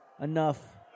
enough